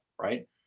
Right